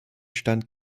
stand